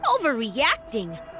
Overreacting